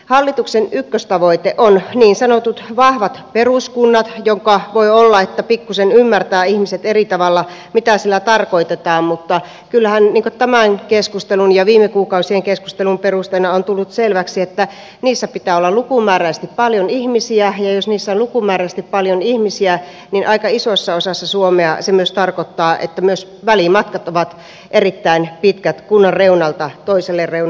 hallituksen ykköstavoite on niin sanotut vahvat peruskunnat ja voi olla että ihmiset ymmärtävät pikkusen eri tavalla mitä sillä tarkoitetaan mutta kyllähän tämän keskustelun ja viime kuukausien keskustelun perusteella on tullut selväksi että niissä pitää olla lukumääräisesti paljon ihmisiä ja jos niissä on lukumääräisesti paljon ihmisiä niin aika isossa osassa suomea se myös tarkoittaa että myös välimatkat ovat erittäin pitkät kunnan reunalta toiselle reunalle